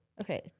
Okay